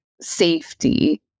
safety